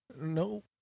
No